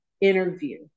interview